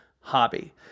hobby